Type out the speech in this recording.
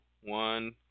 one